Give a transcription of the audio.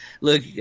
Look